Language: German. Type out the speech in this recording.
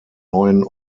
neuen